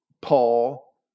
Paul